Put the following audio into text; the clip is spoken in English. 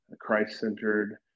Christ-centered